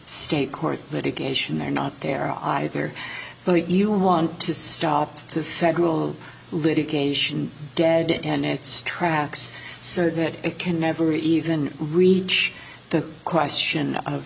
state court medication they're not there either but you want to stop the federal litigation dead and its tracks so that it can never even reach the question of